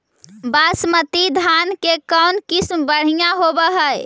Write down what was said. बासमती धान के कौन किसम बँढ़िया होब है?